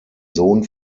sohn